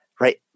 right